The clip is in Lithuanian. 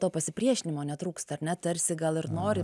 to pasipriešinimo netrūksta ar ne tarsi gal ir nori